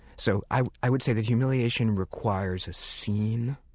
so i i would say that humiliation requires a scene.